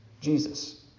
Jesus